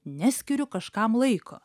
neskiriu kažkam laiko